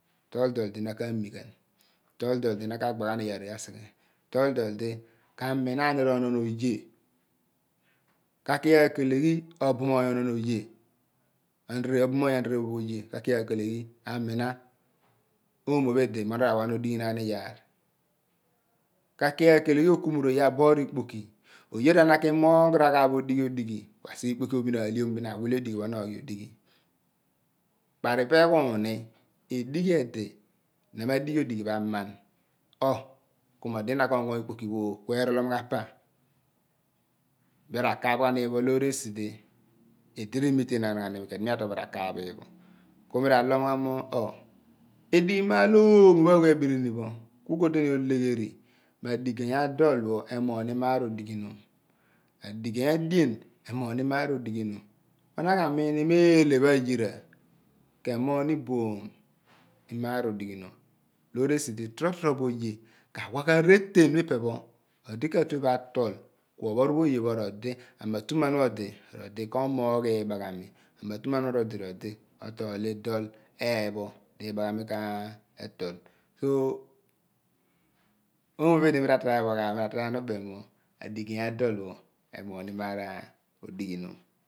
Told dol di na ka/mi ghan tol dol di na ka/gba ghan oye asighe tol dol di ka/mina anir onon oye ka ki akele gho obumoony onion oye obum tony ahir ephoph oye ka ki akele gho amina oomu pho ka ki aakeoeghi amina oomu pho idi mo na ra wa ghan odeghinaan iyaar ka aki aakeoeghi okumor oye aboor ikpoki oye r'ana kilmogh raghaaph idighi odighi ku asighe ikpoki pho bin ahceom bin awiler odighi pho na oghi odighi kparipe ghun ni idi ke dighi na me dighi idighi pho aman oo ku orolom ghan pw mi ra kaaph ghan iphen pho loor esi di idi rimikenaan ghan iimi ku edi mi atuan bo ri akqaaph bo ki mi ra lom ghan mo edeghi maali oomo pho awe abirini pho ku ko tue ni olegheri mo adi get adol pho emoogh ni maar odighinom akgey adia emoogh ni maar odighinom mo na ka miin ni mo eele pho ayira ke moogh ni iboom maar odighinom loor esi di totrobo oye ka wa ghan reten di odi ka tie bo atol ku ophonripho odi r amqtumqn pho odi r odi ootol li dol eepho iibaghami re told so oomo pho idi mi ra try ghan bo oghaaph mi ra bem ghan idum mo adi get adol pho emoogh ni maar odighinom